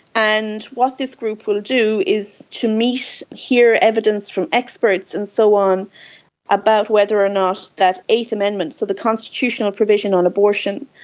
and what this group will do is to meet, hear evidence from experts and so on about whether or not that eighth amendment, so the constitutional provision on abortion,